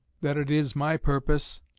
that it is my purpose,